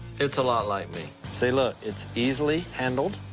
it's a lot like me. see, look, it's easily handled.